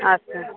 আচ্ছা